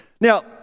Now